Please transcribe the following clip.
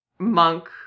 monk